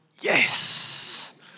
Yes